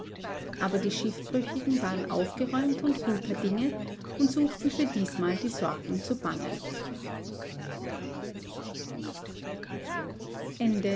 aber die schiffbrüchigen waren aufgeräumt und guter dinge und suchten für diesmal die sorgen zu bannen